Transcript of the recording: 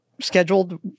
scheduled